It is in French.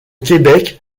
québec